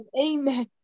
Amen